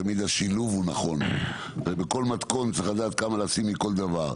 תמיד השילוב הוא נכון ובכל מתכון צריך לדעת כמה לשים מכל דבר.